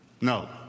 No